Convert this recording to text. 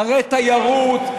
ערי תיירות.